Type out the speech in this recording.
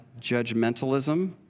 judgmentalism